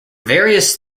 various